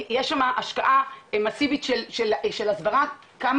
יש שם השקעה מסיבית של הסברה על כמה